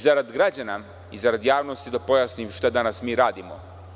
Zarad građana i zarad javnosti, da pojasnim šta danas mi radimo.